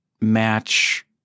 match